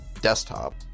desktop